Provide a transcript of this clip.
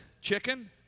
chicken